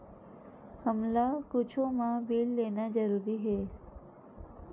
हमला कुछु मा बिल लेना जरूरी हे?